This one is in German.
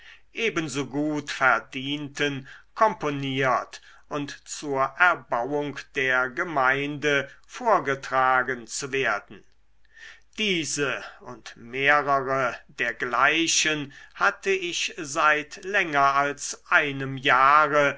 ebensogut verdienten komponiert und zur erbauung der gemeinde vorgetragen zu werden diese und mehrere dergleichen hatte ich seit länger als einem jahre